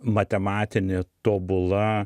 matematinė tobula